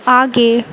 आगे